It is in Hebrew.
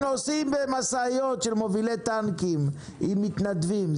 נוסעים במשאיות של מובילי טנקים עם מתנדבים.